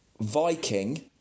Viking